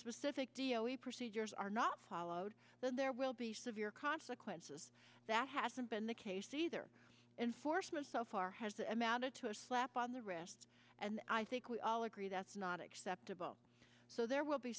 specific d o a procedures are not followed then there will be severe consequences that hasn't been the case either enforcement so far has amounted to a slap on the wrist and i think we all agree that's not acceptable so there will be